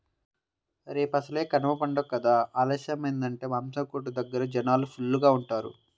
రేపసలే కనమ పండగ కదా ఆలస్యమయ్యిందంటే మాసం కొట్టు దగ్గర జనాలు ఫుల్లుగా ఉంటారు